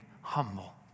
humble